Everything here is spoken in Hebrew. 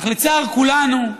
אך לצער כולנו,